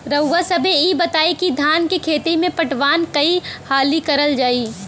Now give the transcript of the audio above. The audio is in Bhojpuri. रउवा सभे इ बताईं की धान के खेती में पटवान कई हाली करल जाई?